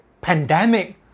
pandemic